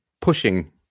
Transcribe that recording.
pushing